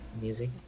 music